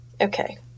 Okay